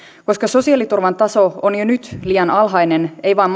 koska sosiaaliturvan taso on jo nyt liian alhainen ei vain